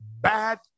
Bad